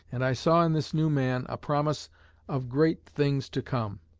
and i saw in this new man a promise of great things to come.